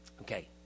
Okay